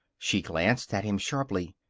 she glanced at him sharply.